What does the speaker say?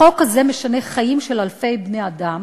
החוק הזה משנה חיים של אלפי בני-אדם.